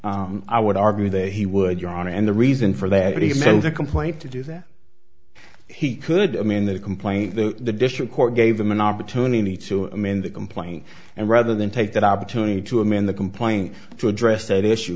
would i would argue that he would your honor and the reason for that he mailed a complaint to do that he could i mean the complaint that the district court gave them an opportunity to amend the complaint and rather than take that opportunity to amend the complaint to address that issue